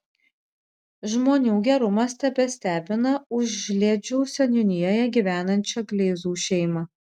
žmonių gerumas tebestebina užliedžių seniūnijoje gyvenančią kleizų šeimą